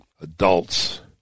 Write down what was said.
adults